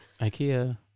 IKEA